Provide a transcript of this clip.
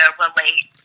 relate